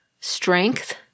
strength